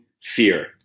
fear